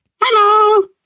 Hello